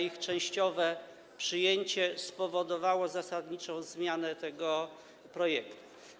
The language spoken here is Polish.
Ich częściowe przyjęcie spowodowało zasadniczą zmianę tego projektu.